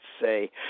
say